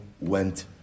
went